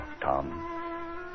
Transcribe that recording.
Tom